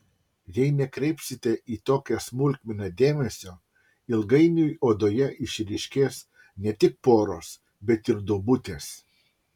jei nekreipsite į tokią smulkmeną dėmesio ilgainiui odoje išryškės ne tik poros bet ir duobutės